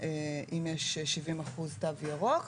או למידה מרחוק אם יש 70% תו ירוק,